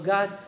God